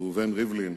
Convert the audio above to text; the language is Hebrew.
ראובן ריבלין,